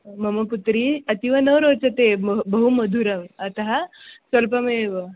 मम पुत्री अतीव न रोचते बहु बहु मधुरम् अतः स्वल्पमेव